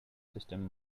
system